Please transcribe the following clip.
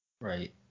Right